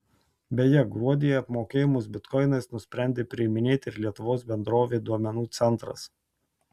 beje gruodį apmokėjimus bitkoinais nusprendė priiminėti ir lietuvos bendrovė duomenų centras